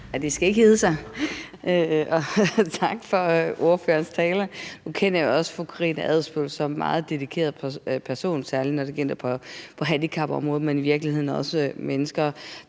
det skal ikke hedde sig. Og tak til ordføreren for talen. Nu kender jeg også fru Karina Adsbøl som en meget dedikeret person, særlig når det gælder handicapområdet, men i virkeligheden også i